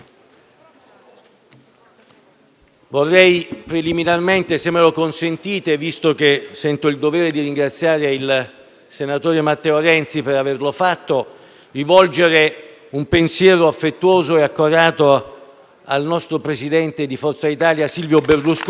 vorrei preliminarmente, se me lo consentite, visto che sento il dovere di ringraziare il senatore Matteo Renzi per averlo fatto, rivolgere un pensiero affettuoso e accorato al nostro presidente di Forza Italia Silvio Berlusconi.